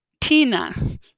Tina